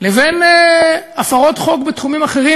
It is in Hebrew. לבין הפרות חוק בתחומים אחרים,